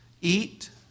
Eat